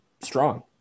strong